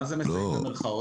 מה זה מסייעים במירכאות?